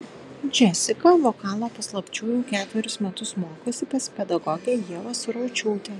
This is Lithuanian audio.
džesika vokalo paslapčių jau ketverius metus mokosi pas pedagogę ievą suraučiūtę